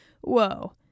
Whoa